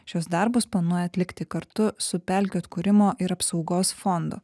šiuos darbus planuoja atlikti kartu su pelkių atkūrimo ir apsaugos fondu